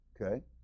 okay